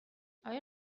آیا